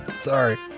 sorry